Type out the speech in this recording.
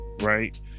right